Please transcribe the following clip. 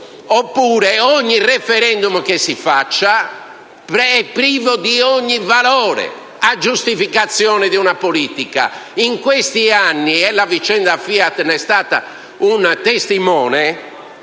oppure ogni *referendum* che si fa è privo di ogni valore a giustificazione di una politica. In questi anni - e la vicenda FIAT ne è stata una testimone